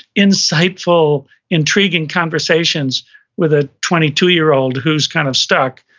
insightful intriguing conversations with a twenty two year old who's kind of stuck.